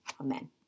Amen